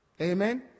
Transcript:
Amen